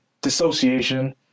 dissociation